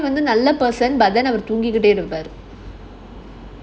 நல்ல பசங்க:nalla pasanga person but then தூங்கிட்டே இருப்பாரு:thoongitae irupaaru